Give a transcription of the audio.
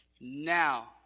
Now